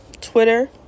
Twitter